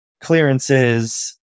Clearances